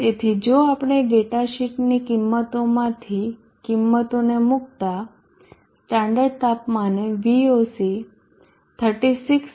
તેથી જો આપણે ડેટા શીટની કિંમતોમાંથી કિંમતોને મુકતા સ્ટાન્ડર્ડ તાપમાને VOC 36